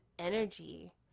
energy